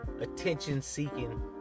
attention-seeking